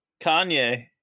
Kanye